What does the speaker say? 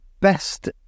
best